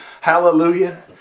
Hallelujah